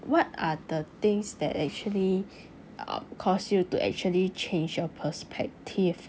what are the things that actually uh cause you to actually change your perspective